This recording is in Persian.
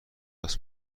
است